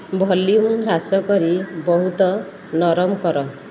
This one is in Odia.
ଭଲ୍ୟୁମ୍ ହ୍ରାସ କରି ବହୁତ ନରମ କର